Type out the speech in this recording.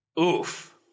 Oof